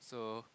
so